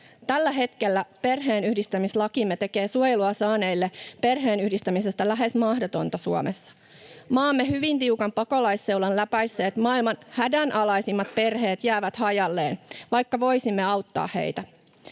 Tällä hetkellä perheenyhdistämislakimme tekee suojelua saaneille perheenyhdistämisestä lähes mahdotonta Suomessa. Maamme hyvin tiukan pakolaisseulan [Jussi Halla-aho: 10 000 vuodessa!] läpäisseet maailman hädänalaisimmat perheet jäävät hajalleen, vaikka voisimme auttaa heitä.